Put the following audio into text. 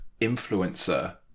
influencer